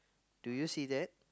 do you see that